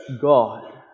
God